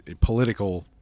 political